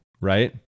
right